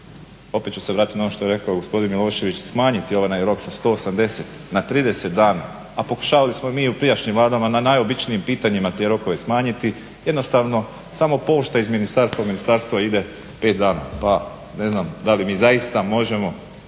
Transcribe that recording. opet ću se vratiti na ono što je rekao gospodin Milošević smanjiti onaj rok sa 180 na 30 dana. Pokušavali smo mi i u prijašnjim vladama na najobičnijim pitanjima te rokove smanjiti. Jednostavno samo pošta iz ministarstva u ministarstvo ide pa ne znam da li mi zaista možemo